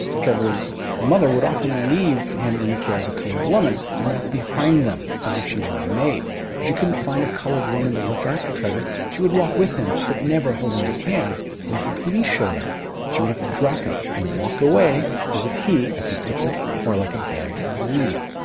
trevor's mother would often leave him in the care of a colored woman and walk behind them as if she were a maid. if she couldn't find a colored woman to look after trevor she would walk with him, but never holding his hands. and if the police showed up she would have to drop him and walk away as if he, as he puts it, were like a bag of weed.